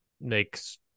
makes